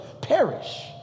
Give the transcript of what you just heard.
perish